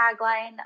tagline